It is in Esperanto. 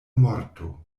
morto